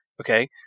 Okay